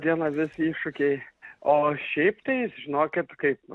dieną visi iššūkiai o šiaip tais žinokit kaip